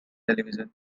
television